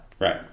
Right